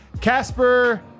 Casper